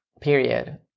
Period